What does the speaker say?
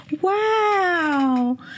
Wow